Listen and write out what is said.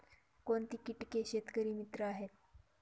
कोणती किटके शेतकरी मित्र आहेत?